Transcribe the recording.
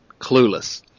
Clueless